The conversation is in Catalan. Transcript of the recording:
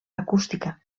acústica